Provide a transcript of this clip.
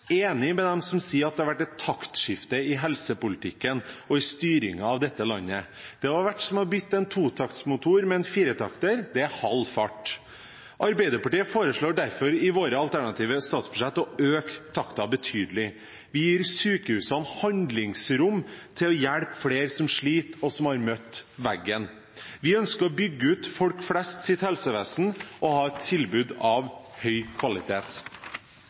enig med dem som sier at det har vært et taktskifte i helsepolitikken og i styringen av dette landet. Det har vært som å bytte en totaktsmotor med en firetakter: det er halv fart. Arbeiderpartiet foreslår derfor i sitt alternative statsbudsjett å øke takten betydelig. Vi gir sykehusene handlingsrom til å hjelpe flere som sliter, og som har møtt veggen. Vi ønsker å bygge ut folk flest sitt helsevesen og ha tilbud av høy kvalitet.